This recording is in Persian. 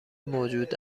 موجود